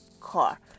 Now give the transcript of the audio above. car